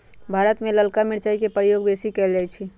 भारत में ललका मिरचाई के प्रयोग बेशी कएल जाइ छइ